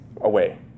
away